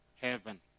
heaven